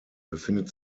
befindet